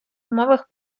умовах